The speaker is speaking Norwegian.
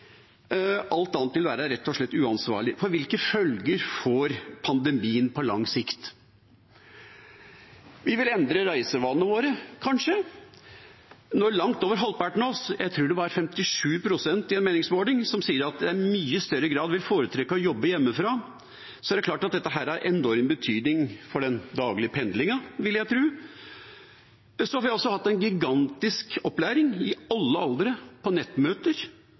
Alt annet vil rett og slett være uansvarlig. For hvilke følger får pandemien på lang sikt? Vi vil kanskje endre reisevanene våre. Når langt over halvparten av oss, jeg tror det var 57 pst., i en meningsmåling sier at en i mye større grad vil foretrekke å jobbe hjemmefra, er det klart at dette har enorm betydning for den daglige pendlingen, vil jeg tro. Så har vi – i alle aldre – hatt en gigantisk opplæring i